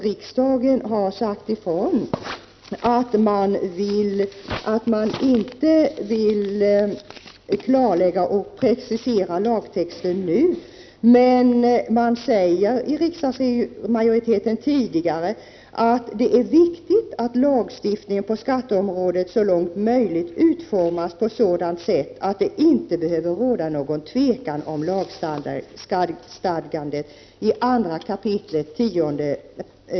Riksdagen har sagt ifrån att man inte vill klarlägga och precisera lagtexten nu. Men riksdagsmajoriteten har tidigare sagt att det enligt 2 kap. 10 § regeringsformen är viktigt att lagstiftningen på skatteområdet så långt möjligt utformas på sådant sätt att det inte behöver råda något tvivel om lagstadgandet.